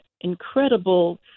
incredible